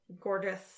gorgeous